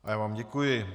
Já vám děkuji.